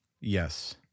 Yes